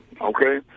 okay